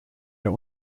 der